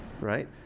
right